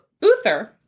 Uther